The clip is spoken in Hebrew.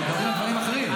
הם מדברים על דברים אחרים.